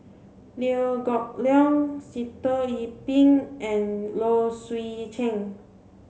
Liew Geok Leong Sitoh Yih Pin and Low Swee Chen